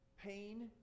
pain